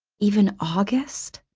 even august?